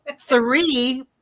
Three